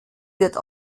wird